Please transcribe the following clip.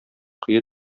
кое